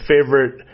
favorite